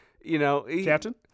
Captain